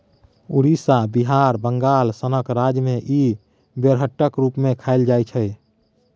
उड़ीसा, बिहार, बंगाल सनक राज्य मे इ बेरहटक रुप मे खाएल जाइ छै